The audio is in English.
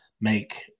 make